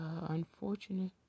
unfortunate